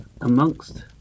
amongst